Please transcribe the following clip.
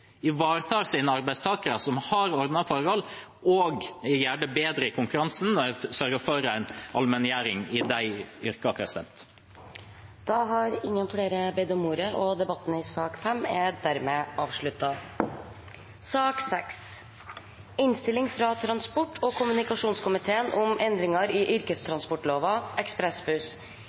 ivaretar sine ansatte, og som har ordnede forhold, gjør det bedre i konkurransen når en sørger for allmenngjøring i de yrkene. Flere har ikke bedt om ordet til sak nr. 5. Etter ønske fra transport- og kommunikasjonskomiteen